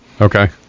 Okay